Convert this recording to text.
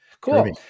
cool